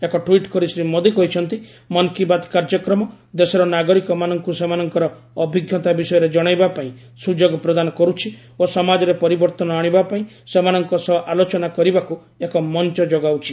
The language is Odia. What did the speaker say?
ଏକ ଟ୍ପିଟ୍ କରି ଶ୍ରୀମୋଦି କହିଛନ୍ତି ମନ୍ କି ବାତ୍ କାର୍ଯ୍ୟକ୍ରମ ଦେଶର ନାଗରିକମାନଙ୍କୁ ସେମାନଙ୍କର ଅଭିଜ୍ଞତା ବିଷୟରେ ଜଣାଇବା ପାଇଁ ସୁଯୋଗ ପ୍ରଦାନ କରୁଛି ଓ ସମାଜରେ ପରିବର୍ତ୍ତନ ଆଣିବା ପାଇଁ ସେମାନଙ୍କ ସହ ଆଲୋଚନା କରିବାକୁ ଏକ ମଞ୍ଚ ଯୋଗାଉଛି